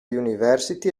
university